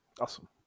Awesome